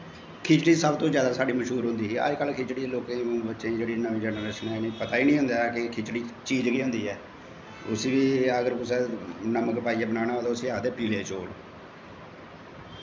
खिचड़ी सब तो जादा साढ़ी मश्हूर होंदी ही अज्ज कल खिचड़ी लोकें गी बच्चें गी जेह्ड़ी नमीं जनरेशन ऐ पता गै नी होंदा ऐ कि खिचड़ी चीज़ केह् होंदी ऐ उसी बी अगर कुसै नमक पाइयै बनाना ते उसी आखदे पीले चौल